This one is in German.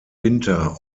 winter